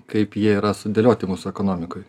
kaip jie yra sudėlioti mūsų ekonomikoj